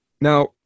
Now